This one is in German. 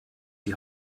die